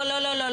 לא,